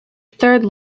third